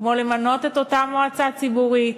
כמו למנות את אותה מועצה ציבורית,